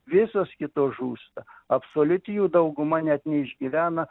visos kitos žūsta absoliuti jų dauguma net neišgyvena